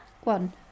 one